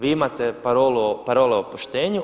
Vi imate parole o poštenju.